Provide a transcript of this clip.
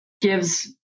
gives